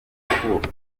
iki